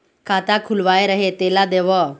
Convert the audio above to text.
खाता खुलवाय रहे तेला देव?